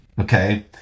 okay